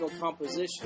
composition